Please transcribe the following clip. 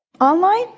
online